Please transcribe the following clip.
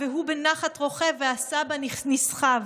והוא בנחת רוכב, / והסבא נסחב!